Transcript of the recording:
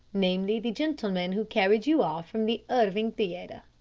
namely, the gentleman who carried you off from the erving theatre,